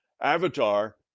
avatar